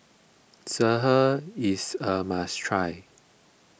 Sireh is a must try